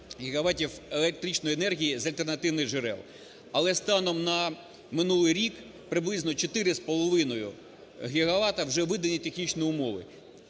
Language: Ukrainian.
5гігаватів електричної енергії з альтернативних джерел. Але станом на минулий рік приблизно 4,5 гігавата вже видані технічні умови